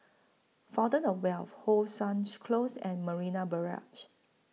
Fountain of Wealth How Sun Close and Marina Barrage